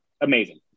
amazing